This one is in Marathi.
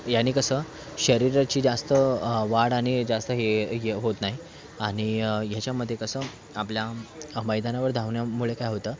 ह्याने कसं शरीराची जास्त वाढ आणि जास्त हे हे होत नाही आणि ह्याच्यामध्ये कसं आपल्या मैदानावर धावण्यामुळे काय होतं